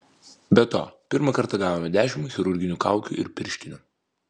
be to pirmą kartą gavome dešimt chirurginių kaukių ir pirštinių